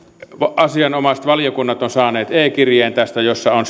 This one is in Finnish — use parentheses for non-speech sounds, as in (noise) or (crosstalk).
asianomaiset valiokunnat ovat tästä saaneet e kirjeen jossa on (unintelligible)